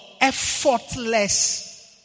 effortless